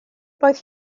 roedd